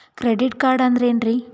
Credit card ಅಂದ್ರ ಏನ್ರೀ?